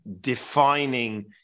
defining